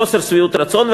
על חוסר שביעות רצון,